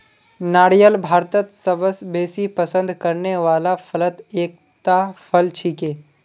नारियल भारतत सबस बेसी पसंद करने वाला फलत एकता फल छिके